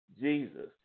Jesus